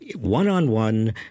one-on-one